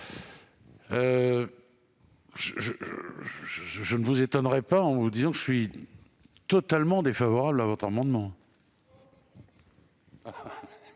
Je ne vous étonnerai donc pas en vous disant que je suis totalement défavorable à votre amendement.